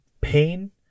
pain